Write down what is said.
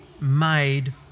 made